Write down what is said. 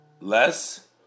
less